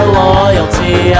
loyalty